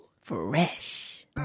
fresh